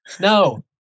No